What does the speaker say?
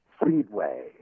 Speedway